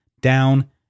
down